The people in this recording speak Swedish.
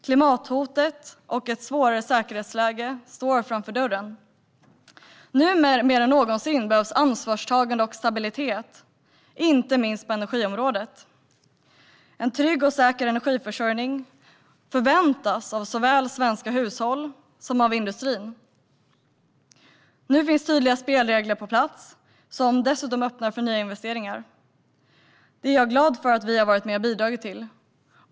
Klimathotet och ett svårare säkerhetsläge står för dörren. Nu mer än någonsin behövs ansvarstagande och stabilitet, inte minst på energiområdet. En trygg och säker energiförsörjning förväntas av såväl svenska hushåll som industri. Nu finns tydliga spelregler på plats som dessutom öppnar för nya investeringar. Det är jag glad över att vi har varit med och bidragit till.